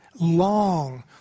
long